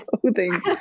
clothing